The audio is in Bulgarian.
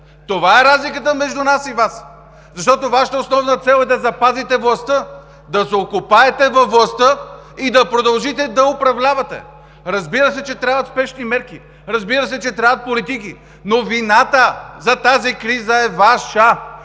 Това е разликата между Вас и нас. Защото Вашата основна цел е да запазите властта, да се окопаете във властта и да продължите да управлявате. Разбира се, че трябват спешни мерки. Разбира се, че трябват политики. Вината обаче за тази криза е Ваша,